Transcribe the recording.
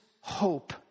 hope